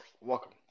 Welcome